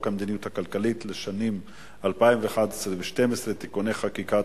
המדיניות הכלכלית לשנים 2011 ו-2012 (תיקוני חקיקה),